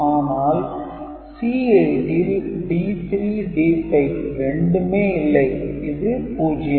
ஆனால் C8 ல் D3 D5 இரண்டுமே இல்லை இது 0